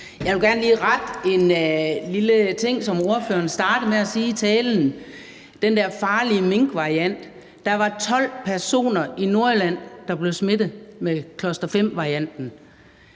Jeg vil gerne lige rette en lille ting, som ordføreren startede med at sige i talen i forhold til den der farlige minkvariant. Der var 12 personer i Nordjylland, der blev smittet med cluster-5-varianten,